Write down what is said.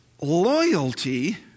loyalty